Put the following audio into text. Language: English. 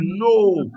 no